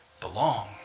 belong